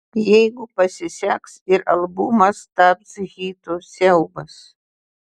jeigu pasiseks ir albumas taps hitu siaubas